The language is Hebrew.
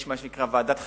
יש מה שנקרא ועדת חריגים,